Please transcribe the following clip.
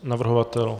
Navrhovatel?